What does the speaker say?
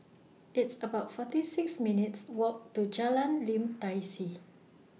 It's about forty six minutes' Walk to Jalan Lim Tai See